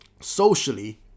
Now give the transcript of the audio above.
Socially